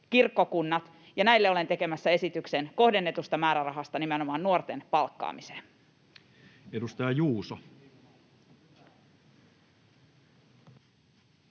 kirkkokunnat, ja näille olen tekemässä esityksen kohdennetusta määrärahasta nimenomaan nuorten palkkaamiseen. [Mika Niikko: